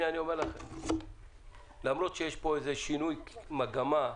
למרות שבצו זה יש שינוי מגמה,